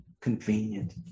convenient